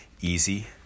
easy